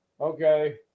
Okay